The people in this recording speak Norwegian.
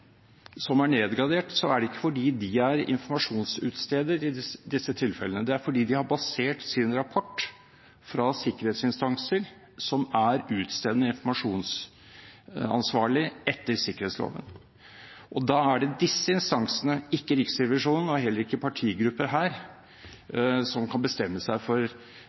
som er nedgradert, er det ikke fordi de er informasjonsutsteder i disse tilfellene, men fordi de har basert sin rapport på sikkerhetsinstanser som er utstedende informasjonsansvarlig etter sikkerhetsloven. Da er det disse instansene, ikke Riksrevisjonen og heller ikke partigrupper her, som kan bestemme seg for